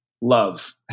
love